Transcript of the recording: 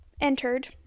entered